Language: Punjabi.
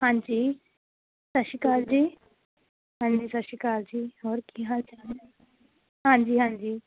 ਹਾਂਜੀ ਸਾਸ਼ੀਕਾਲ ਜੀ ਹਾਂਜੀ ਸਾਸ਼ੀਕਾਲ ਜੀ ਹੋਰ ਕੀ ਹਾਲ ਚਾਲ ਹਾਂਜੀ ਹਾਂਜੀ